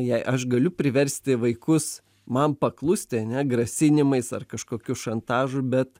jei aš galiu priversti vaikus man paklusti ne grasinimais ar kažkokiu šantažu bet